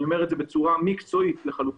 ואני אומר את זה בצורה מקצועית לחלוטין,